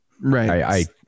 Right